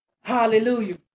Hallelujah